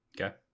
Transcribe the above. Okay